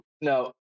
No